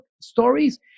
stories